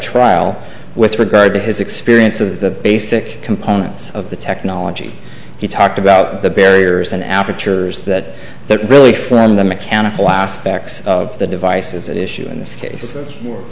trial with regard to his experience of the basic components of the technology he talked about the barriers and apertures that really from the mechanical aspects of the devices at issue in this case i